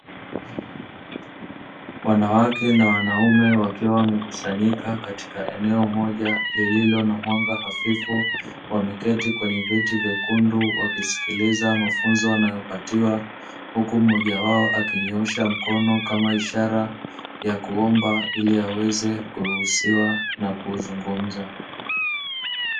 Wanawake na wanaume wakiwa wamekusanyika katika eneo moja, lililo na mwanga hafifu, wameketi kwenye viti vyekundu wakisikiliza mafunzo wanayopatiwa, huku mmoja wao akinyoosha mkono kama ishara ya kuomba ili aweze kuruhusiwa na kuzungumza.